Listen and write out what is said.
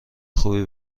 خوبی